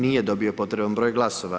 Nije dobio potreban broj glasova.